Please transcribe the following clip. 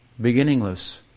beginningless